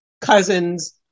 cousins